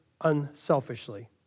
unselfishly